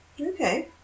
Okay